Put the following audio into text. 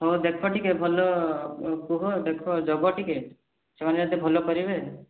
ହଉ ଦେଖ ଭଲ କୁହ ଦେଖ ଜଗ ଟିକିଏ ସେମାନେ ଯଦି ଭଲ କରିବେ